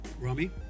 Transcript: Rami